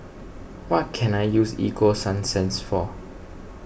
what can I use Ego Sunsense for